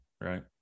right